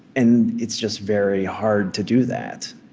and it's just very hard to do that.